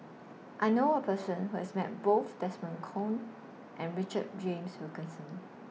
I knew A Person Who has Met Both Desmond Kon and Richard James Wilkinson